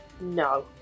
No